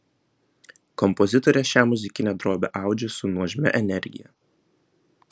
kompozitorė šią muzikinę drobę audžia su nuožmia energija